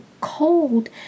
cold